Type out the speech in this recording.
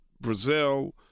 Brazil